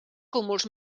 cúmuls